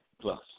plus